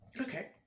okay